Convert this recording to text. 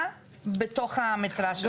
נמצא בתוך המתחם.